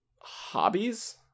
hobbies